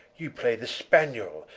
you play the spaniell,